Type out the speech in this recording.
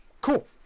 cool